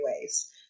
ways